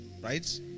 right